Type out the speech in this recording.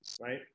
right